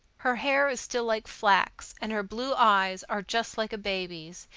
her hair is still like flax, and her blue eyes are just like a baby's,